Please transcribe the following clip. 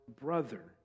brother